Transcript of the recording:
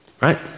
Right